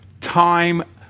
time